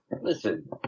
listen